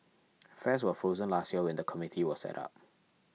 fares were frozen last year when the committee was set up